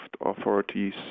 authorities